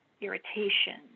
irritation